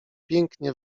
pięknie